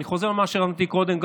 אני חוזר על מה שאמרתי קודם.